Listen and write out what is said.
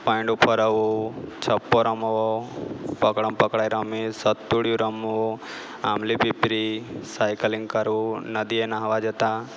પૈન્ડુ ફરાવું છપો રમવો પકડમ પકડાઈ રમવી સતોડીયો રમવો આમલી પીપરી સાયકલિંગ કરવું નદીએ નહાવા જતા